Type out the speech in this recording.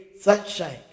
sunshine